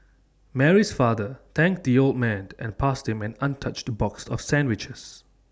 Mary's father thanked the old man and passed him an untouched box of sandwiches